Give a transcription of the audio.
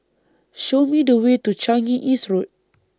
Show Me The Way to Changi East Road